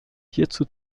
hierzu